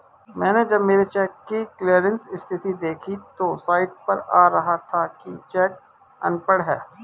मैनें जब मेरे चेक की क्लियरिंग स्थिति देखी तो साइट पर आ रहा था कि चेक अनपढ़ है